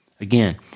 Again